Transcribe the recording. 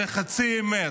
וזה חצי אמת.